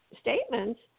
statements